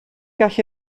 gallu